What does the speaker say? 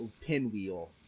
pinwheel